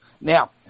Now